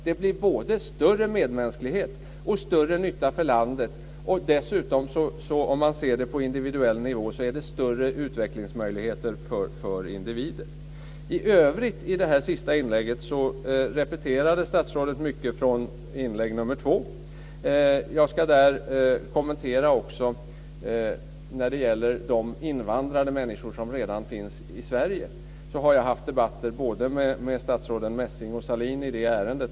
Det skulle bli både större medmänsklighet och större nytta för landet, och dessutom, om man ser det på individuell nivå, skulle det ge större utvecklingsmöjligheter för individer. I övrigt repeterade statsrådet i det senaste inlägget mycket från inlägg nummer två. Jag ska också kommentera frågan om de invandrade människor som redan finns i Sverige. Jag har haft debatter med både statsrådet Messing och statsrådet Sahlin i ärendet.